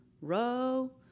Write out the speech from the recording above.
row